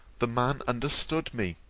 the man understood me.